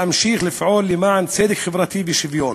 ואמשיך לפעול למען צדק חברתי ושוויון.